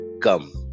Come